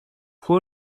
fue